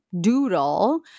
doodle